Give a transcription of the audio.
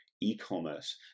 e-commerce